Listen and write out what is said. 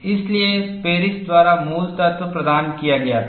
इसलिए पेरिस द्वारा मूल तत्व प्रदान किया गया था